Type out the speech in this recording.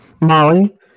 Molly